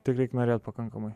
tik reik norėt pakankamai